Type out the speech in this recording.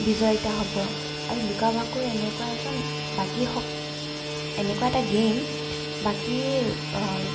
বিজেতা হ'ব আৰু লুকা ভাকুৰ এনেকুৱা এজন এনেকুৱা এটা গেম বাকী